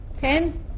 Ten